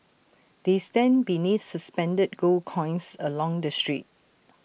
they stand beneath suspended gold coins along the street